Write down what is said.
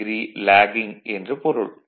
87° lagging என்று பொருள்